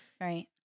Right